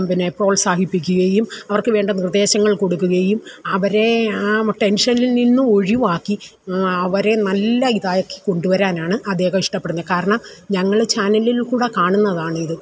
പിന്നെ പ്രോത്സാഹിപ്പിക്കുകയും അവർക്ക് വേണ്ട നിർദ്ദേശങ്ങൾ കൊടുക്കുകയും അവരെ ആ ടെൻഷനിൽ നിന്നുമൊഴിവാക്കി അവരെ നല്ല ഇതാക്കിക്കൊണ്ടുവരാനാണ് അദ്ദേഹമിഷ്ടപ്പെടുന്നത് കാരണം ഞങ്ങൾ ചാനലിൽക്കൂടെ കാണുന്നതാണിത്